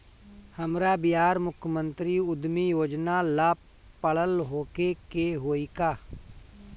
हमरा बिहार मुख्यमंत्री उद्यमी योजना ला पढ़ल होखे के होई का?